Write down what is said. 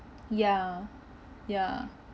ya ya